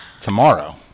Tomorrow